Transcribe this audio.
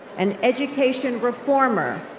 an education reformer,